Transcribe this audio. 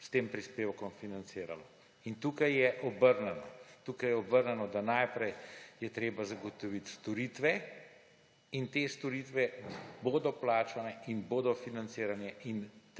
s tem prispevkom financiralo. In tukaj je obrnjeno, tukaj je obrnjeno, da najprej je treba zagotoviti storitve in te storitve bodo plačane in bodo financirane in